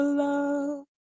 love